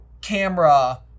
camera